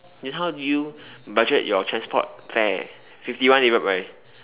then how did you budget your transport fare fifty one divide by